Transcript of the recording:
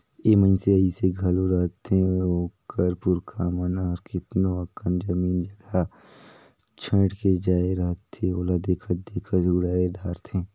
ए मइनसे अइसे घलो रहथें ओकर पुरखा मन हर केतनो अकन जमीन जगहा छोंएड़ के जाए रहथें ओला देखत देखत उड़ाए धारथें